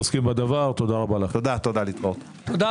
הישיבה ננעלה בשעה